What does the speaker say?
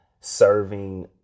serving